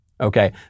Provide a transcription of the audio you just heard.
Okay